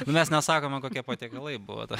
mes nesakome kokie patiekalai buvo ta